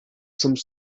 some